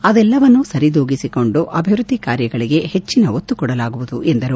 ಅದೆಲ್ಲವನ್ನೂ ಸರಿದೂಗಿಸಿಕೊಂಡು ಅಭಿವೃದ್ಧಿ ಕಾರ್ಯಗಳಿಗೆ ಹೆಚ್ಚಿನ ಒತ್ತು ಕೊಡಲಾಗುವುದು ಎಂದರು